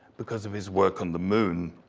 because of his work on the moon.